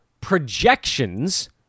projections